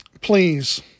Please